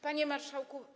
Panie Marszałku!